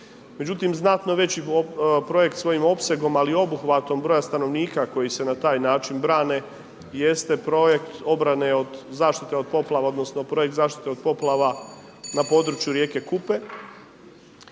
Međutim znatno veći projekt svojim opsegom ali i obuhvatom broja stanovnika koji se na taj način brane jeste projekt obrane od zaštite od poplava, odnosno projekt zaštite od poplava na području rijeke Kupe.